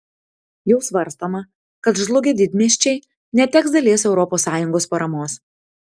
jau svarstoma kad žlugę didmiesčiai neteks dalies europos sąjungos paramos